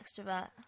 extrovert